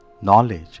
knowledge